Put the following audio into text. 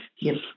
Yes